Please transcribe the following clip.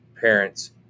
parents